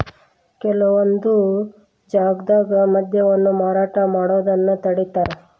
ಕೆಲವೊಂದ್ ಜಾಗ್ದಾಗ ಮದ್ಯವನ್ನ ಮಾರಾಟ ಮಾಡೋದನ್ನ ತಡೇತಾರ